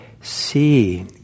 see